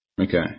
Okay